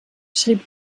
schrieb